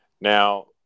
Now